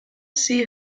see